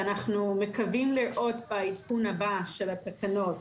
ואנחנו מקווים לראות בעדכון הבא של התקנות